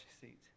seat